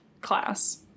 class